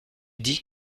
dis